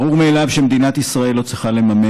ברור מאליו שמדינת ישראל לא צריכה לממן